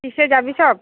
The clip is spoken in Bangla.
কিসে যাবি সব